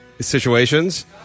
situations